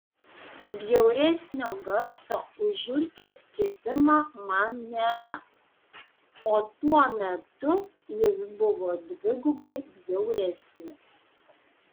bjauresnio garso už žiurkės cypimą man nėra o tuo metu jis buvo dvigubai bjauresnis